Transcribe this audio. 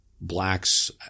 blacks